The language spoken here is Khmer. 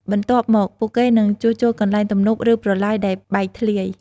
បន្ទាប់មក ពួកគេនឹងជួសជុលកន្លែងទំនប់ ឬប្រឡាយដែលបែកធ្លាយ។